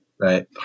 right